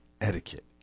Etiquette